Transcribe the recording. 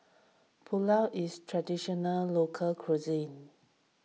Pulao is Traditional Local Cuisine